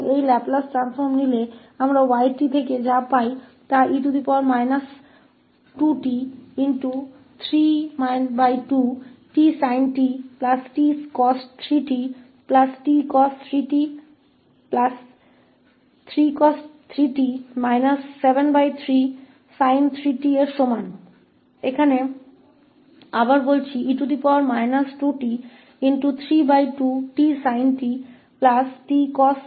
तो इन Laplace transform को लेते हुए हमें जो मिलता है 𝑦𝑡 बराबर है e 2t32 t sintt cos 3t3 cost 3t 73sin 3t